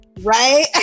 right